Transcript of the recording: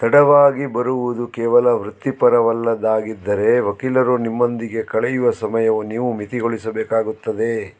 ತಡವಾಗಿ ಬರುವುದು ಕೇವಲ ವೃತ್ತಿಪರವಲ್ಲದ್ದಾಗಿದ್ದರೆ ವಕೀಲರು ನಿಮ್ಮೊಂದಿಗೆ ಕಳೆಯುವ ಸಮಯವು ನೀವು ಮಿತಿಗೊಳಿಸಬೇಕಾಗುತ್ತದೆ